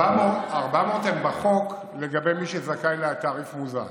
400 הם בחוק לגבי מי שזכאי לתעריף מוזל.